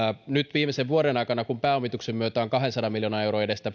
nyt viimeisen vuoden aikana kun pääomituksen myötä finnfund on kahdensadan miljoonan edestä